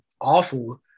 awful